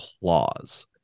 clause